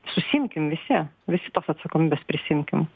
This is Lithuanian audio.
susiimkim visi visi tos atsakomybės prisiimkim